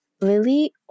Lily